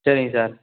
சரிங்க சார்